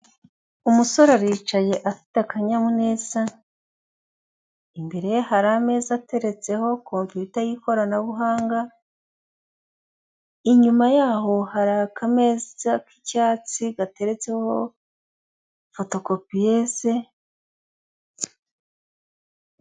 Umusore aricaye afite akanyamuneza imbere ye hari ameza ateretseho kompiyuta y'ikoranabuhanga inyuma yaho hari akameza k'icyatsi gateretseho fotokopiyeze.